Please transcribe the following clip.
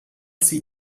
sie